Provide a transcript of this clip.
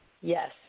Yes